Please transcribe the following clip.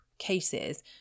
cases